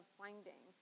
finding